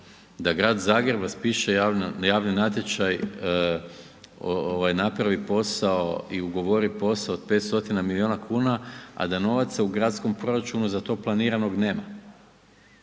da Grad Zagreb raspiše javni natječaj, ovaj napravi posao i ugovori posao od 500 milina kuna, a da novaca u gradskog proračunu za to planiranog nema,